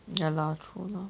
ya lah true lor